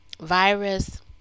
virus